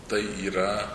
tai yra